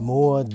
More